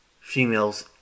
females